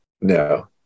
No